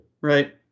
right